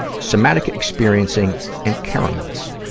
somatic experiencing and caramels.